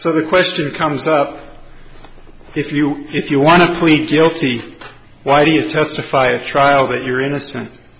so the question comes up if you if you want to plead guilty why do you testify at trial that you're innocent